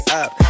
up